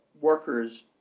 workers